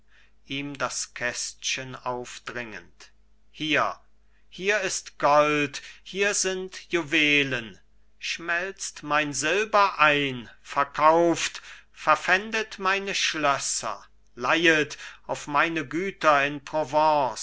ihm das kästchen aufdringend hier hier ist gold hier sind juwelen schmelzt mein silber ein verkauft verpfändet meine schlösser leihet auf meine güter in provence